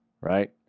right